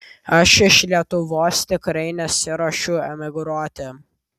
aš iš lietuvos tikrai nesiruošiu emigruoti